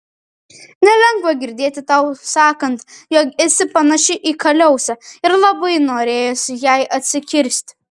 nelengva girdėti tau sakant jog esi panaši į kaliausę ir labai norėjosi jai atsikirsti